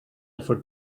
for